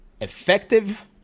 effective